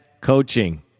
coaching